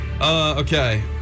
Okay